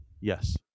Yes